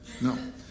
No